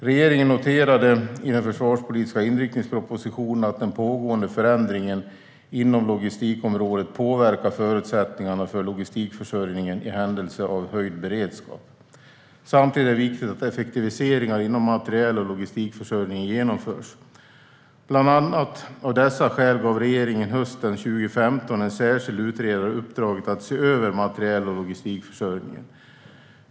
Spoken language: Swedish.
Regeringen noterade i den försvarspolitiska inriktningspropositionen att den pågående förändringen inom logistikområdet påverkar förutsättningarna för logistikförsörjningen i händelse av höjd beredskap. Samtidigt är det viktigt att effektiviseringar inom materiel och logistikförsörjningen genomförs. Bland annat av dessa skäl gav regeringen hösten 2015 en särskild utredare uppdraget att se över materiel och logistikförsörjningen.